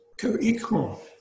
co-equal